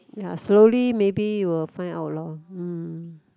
ya slowly maybe he will find out lor mm